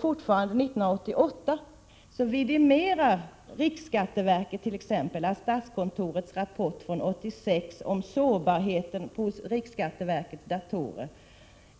Fortfarande 1988 vidimerar t.ex. riksskatteverket att sårbarheten hos riksskatteverkets datorer